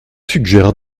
suggère